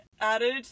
added